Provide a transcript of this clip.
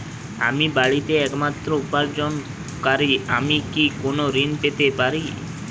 আমি বাড়িতে একমাত্র উপার্জনকারী আমি কি কোনো ঋণ পেতে পারি?